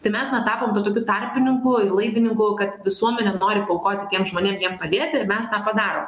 tai mes na tapom tai tokiu tarpininku ir laidininku kad visuomenė nori paaukoti tiems žmonėm jiem padėti ir mes tą padarom